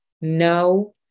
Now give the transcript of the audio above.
No